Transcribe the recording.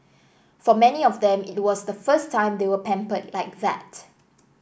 for many of them it was the first time they were pampered like that